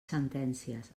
sentències